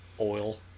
oil